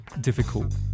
difficult